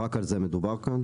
רק על זה מדובר כאן.